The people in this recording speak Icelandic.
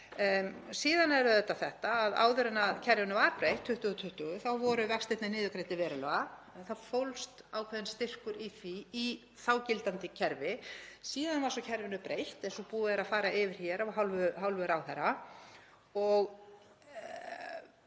síðan er það auðvitað þannig að áður en kerfinu var breytt 2020 þá voru vextirnir niðurgreiddar verulega. Það fólst ákveðinn styrkur í því í þágildandi kerfi. Síðan var kerfinu breytt eins og búið er að fara yfir hér af hálfu ráðherra og